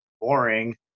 boring